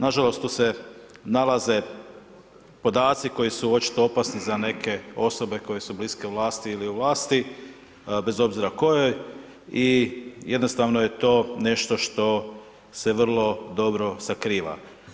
Na žalost tu se nalaze podaci koji su očito opasni za neke osobe koje su bliske vlasti ili u vlasti bez obzira kojoj i jednostavno je to nešto što se vrlo dobro sakriva.